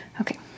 Okay